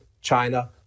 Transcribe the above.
China